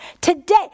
Today